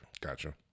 Gotcha